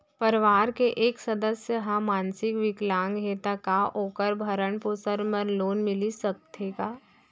परवार के एक सदस्य हा मानसिक विकलांग हे त का वोकर भरण पोषण बर लोन मिलिस सकथे का?